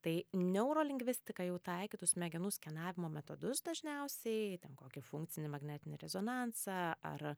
tai neurolingvistika jau taikytų smegenų skenavimo metodus dažniausiai ten kokį funkcinį magnetinį rezonansą ar